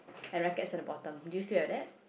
and racquet is at the bottom do you still have that